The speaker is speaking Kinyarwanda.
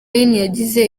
yagize